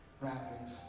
wrappings